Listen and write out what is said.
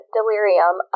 Delirium